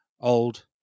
old